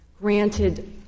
granted